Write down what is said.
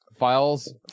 Files